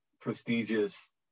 prestigious